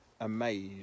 amazed